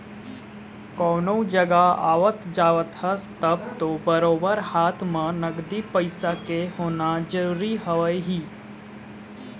कोनो जघा आवत जावत हस तब तो बरोबर हाथ म नगदी पइसा के होना जरुरी हवय ही